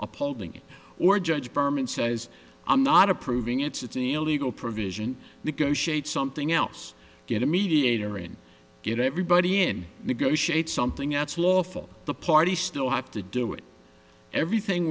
pholding it or judge berman says i'm not approving it's illegal provision negotiate something else get a mediator and get everybody in negotiate something that's lawful the party still have to do it everything